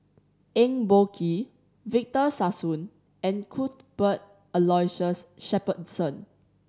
Eng Boh Kee Victor Sassoon and Cuthbert Aloysius Shepherdson